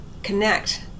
connect